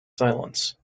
silence